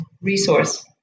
resource